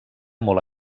molt